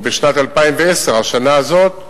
ובשנת 2010, השנה הזאת,